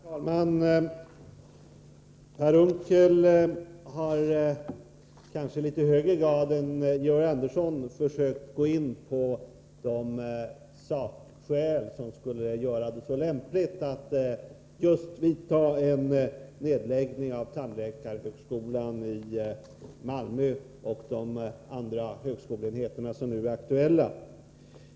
Herr talman! Per Unckel har kanske i litet högre grad än Georg Andersson försökt gå in på de sakskäl som skulle göra det så lämpligt att just vidta en nedläggning av enheten för tandläkarutbildning i Malmö och de andra högskoleenheter som nu är aktuella.